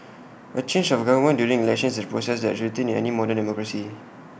A change of government during elections is A process that's routine in any modern democracy